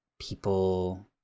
people